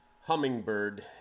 Hummingbird